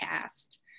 cast